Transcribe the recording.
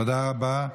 תודה רבה.